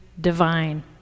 divine